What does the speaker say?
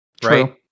True